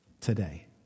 today